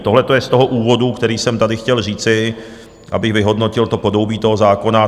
Tohleto je z toho úvodu, který jsem tady chtěl říci, abych vyhodnotil podhoubí toho zákona.